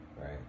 right